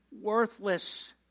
worthless